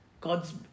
God's